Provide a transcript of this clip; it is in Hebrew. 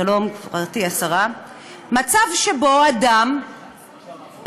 שלום, גברתי השרה, מצב שבו אדם פעיל,